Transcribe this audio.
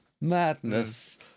Madness